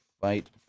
Fight